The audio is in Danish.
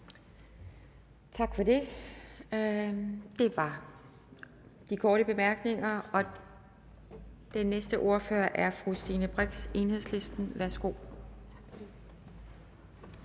Tak for det. Det var de korte bemærkninger. Den næste ordfører er fru Stine Brix, Enhedslisten. Værsgo.